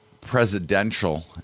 presidential